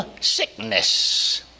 sickness